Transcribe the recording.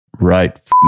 right